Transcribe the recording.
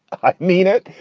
i mean it.